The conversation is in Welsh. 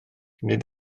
nid